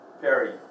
Perry